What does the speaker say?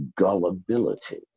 gullibility